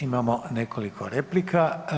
Imamo nekoliko replika.